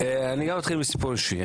מסיפור אישי.